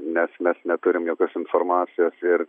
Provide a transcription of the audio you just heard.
nes mes neturim jokios informacijos ir